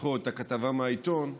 לבחור את הכתבה מהעיתון,